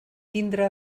tindre